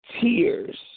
tears